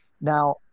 Now